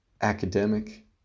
academic